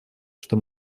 что